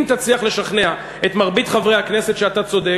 אם תצליח לשכנע את מרבית חברי הכנסת שאתה צודק,